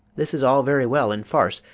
this is all very well in farce,